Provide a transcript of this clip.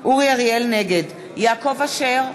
נגד יעקב אשר,